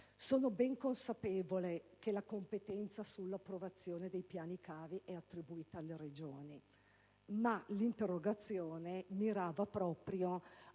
Sono ben consapevole che la competenza sull'approvazione dei piani cave è attribuita alle Regioni, ma ho voluto interrogare il